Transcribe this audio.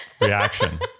reaction